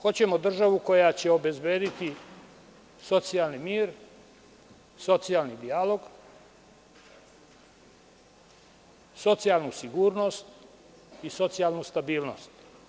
Hoćemo državu koja će obezbediti socijalni mir, socijalni dijalog, socijalnu sigurnost i socijalnu stabilnost.